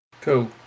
Cool